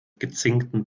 gezinkten